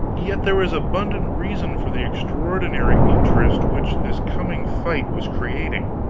yet there was abundant reason for the extraordinary interest which this coming fight was creating.